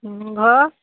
ঘৰৰ